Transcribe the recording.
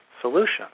solution